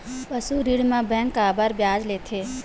पशु ऋण म बैंक काबर ब्याज लेथे?